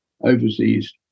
overseas